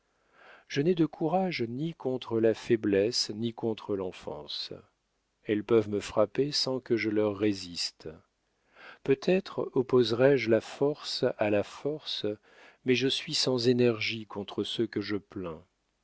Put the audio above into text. je n'ai de courage ni contre la faiblesse ni contre l'enfance elles peuvent me frapper sans que je leur résiste peut-être opposerais je la force à la force mais je suis sans énergie contre ceux que je plains